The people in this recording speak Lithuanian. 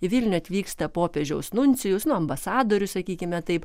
į vilnių atvyksta popiežiaus nuncijus nu ambasadorius sakykime taip